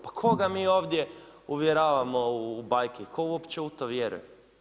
Pa koga mi ovdje uvjeravamo u banke i tko uopće u to vjeruje?